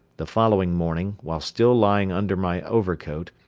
the following morning, while still lying under my overcoat,